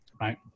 right